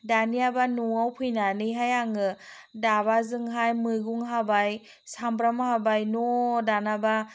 दानियाबा न'वाव फैनानैहाय आङो दाबाजोंहाय मैगं हाबाय सामब्राम हाबाय नह दानाबा